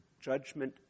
judgment